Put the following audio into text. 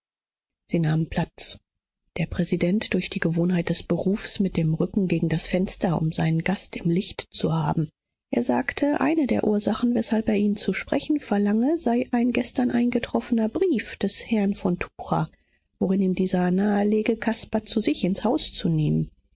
sie nahmen platz der präsident durch die gewohnheit des berufs mit dem rücken gegen das fenster um seinen gast im licht zu haben er sagte eine der ursachen weshalb er ihn zu sprechen verlange sei ein gestern eingetroffener brief des herrn von tucher worin ihm dieser nahelege caspar zu sich ins haus zu nehmen